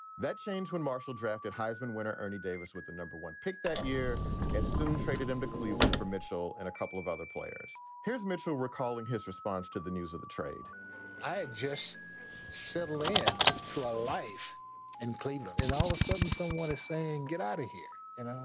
that changed when marshall drafted heisman winner ernie davis with the number one pick that year and soon traded him to cleveland for mitchell and a couple of other players. here's mitchell recalling his response to the news of the trade i just settle in to a life in cleveland and all ah of a sudden someone is saying, get out of here. and i